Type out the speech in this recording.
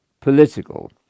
political